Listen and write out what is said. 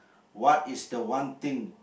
what is the one thing